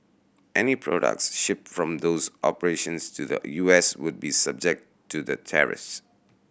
any products shipped from those operations to the U S would be subject to the